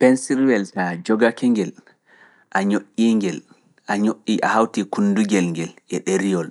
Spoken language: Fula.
Pensirwel taa jogake ngel, a ñoƴƴi ngel, a ñoƴƴi a hawtii kundugel ngel e ɗeriyol,